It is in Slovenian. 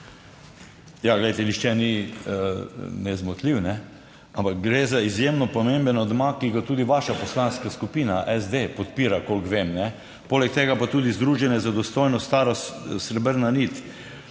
Ja, glejte, nihče ni nezmotljiv, ampak gre za izjemno pomemben amandma, ki ga tudi vaša Poslanska skupina SD podpira, kolikor vem, ne, poleg tega pa tudi Združenje za dostojno starost Srebrna nit.